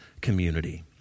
community